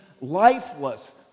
lifeless